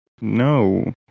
No